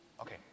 Okay